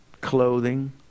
Clothing